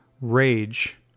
rage